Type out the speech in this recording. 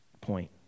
point